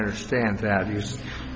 understand that he was